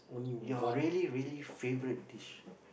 your really really favourite dish